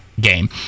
game